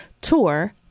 tour